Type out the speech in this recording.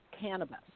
cannabis